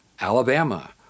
Alabama